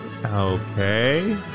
Okay